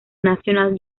national